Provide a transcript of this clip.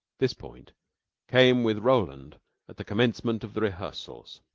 this point came with roland at the commencement of the rehearsals.